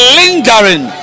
lingering